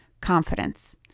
confidence